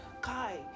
Kai